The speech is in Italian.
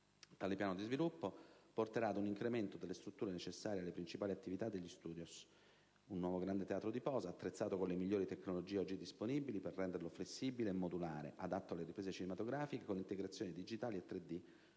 Tale piano di sviluppo porterà ad un incremento delle strutture necessarie alle principali attività degli *studios*: un nuovo grande teatro di posa, attrezzato con le migliori tecnologie oggi disponibili, per renderlo flessibile e modulare, adatto alle riprese cinematografiche con integrazioni digitali e 3D,